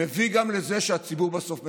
מביא גם לזה שהציבור בסוף מזלזל.